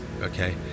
okay